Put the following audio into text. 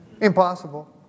Impossible